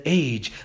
age